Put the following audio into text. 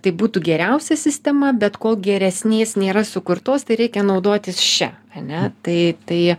tai būtų geriausia sistema bet kol geresnės nėra sukurtos tai reikia naudotis šia ane tai tai